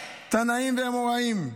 תנאים ואמוראים.